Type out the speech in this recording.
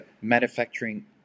manufacturing